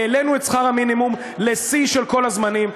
העלינו את שכר המינימום לשיא של כל הזמנים,